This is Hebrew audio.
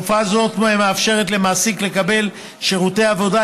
תופעה זו מאפשרת למעסיק לקבל שירותי עבודה